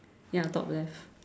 ya top left